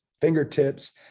fingertips